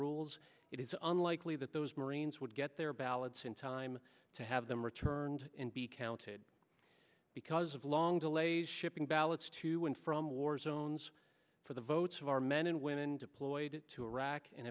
rules it is unlikely that those marines would get their ballots in time to have them returned and be counted because of long delays shipping ballots to and from war zones for the votes of our men and women deployed to iraq and